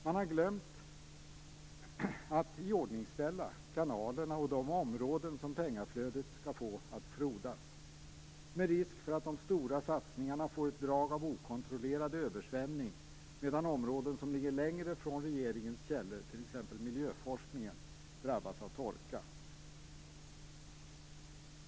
Man har glömt att iordningställa kanalerna och de områden som pengaflödet skall få att frodas, med risk för att de stora satsningarna får ett drag av okontrollerad översvämning medan områden som ligger längre från regeringens källor, t.ex. miljöforskningen, drabbas av torka.